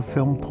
Film